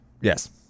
Yes